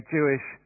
Jewish